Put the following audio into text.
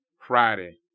Friday